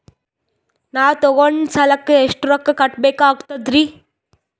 ನಾವು ತೊಗೊಂಡ ಸಾಲಕ್ಕ ಎಷ್ಟು ರೊಕ್ಕ ಕಟ್ಟಬೇಕಾಗ್ತದ್ರೀ?